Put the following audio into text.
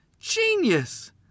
Genius